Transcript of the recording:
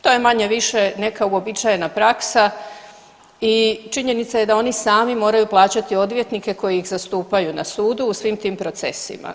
To je manje viša neka uobičajena praksa i činjenica je da oni sami moraju plaćati odvjetnike koji ih zastupaju na sudu u svim tim procesima.